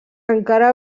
encara